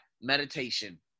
meditation